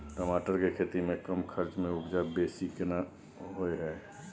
टमाटर के खेती में कम खर्च में उपजा बेसी केना होय है?